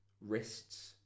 wrists